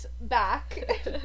back